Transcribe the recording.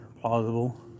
plausible